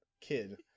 kid